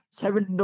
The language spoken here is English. seven